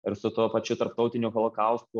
ir su tuo pačiu tarptautiniu holokaustų